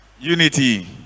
Unity